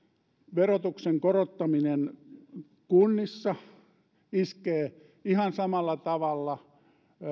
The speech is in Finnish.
verotuksen korottaminen kunnissa iskee ihan samalla tavalla